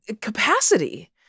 capacity